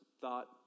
thought